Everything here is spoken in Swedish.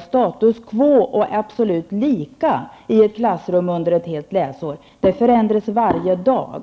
status quo, helt oförändrade förhållanden, i ett klassrum under ett läsår, utan de förändras varje dag.